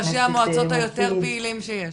הוא אחד מראשי המועצות היותר פעילים שיש.